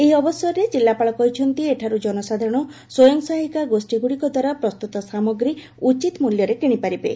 ଏହି ଅବସରରେ ଜିଲ୍ଲାପାଳ କହିଛନ୍ତି ଏଠାରୁ ଜନସାଧାରଣ ସ୍ୱୟଂ ସହାୟିକା ଗୋଷୀଗୁଡ଼ିକଦ୍ୱାରା ପ୍ରସ୍ତୁତ ସାମଗ୍ରୀ ଉଚିତ ମଲ୍ୟରେ କିଶିପାରିବେ